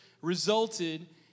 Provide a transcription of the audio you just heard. resulted